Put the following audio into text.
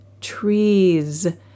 trees